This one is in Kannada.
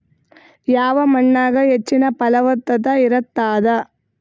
ಯಾವ ಮಣ್ಣಾಗ ಹೆಚ್ಚಿನ ಫಲವತ್ತತ ಇರತ್ತಾದ?